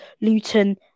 Luton